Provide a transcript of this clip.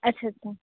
अच्छा सर